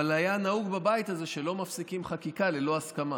אבל היה נהוג בבית הזה שלא מפסיקים חקיקה ללא הסכמה.